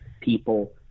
people